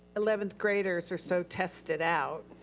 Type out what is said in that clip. eleventh graders are so tested out.